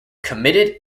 committed